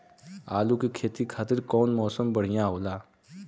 आलू के खेती खातिर कउन मौसम बढ़ियां होला?